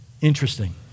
interesting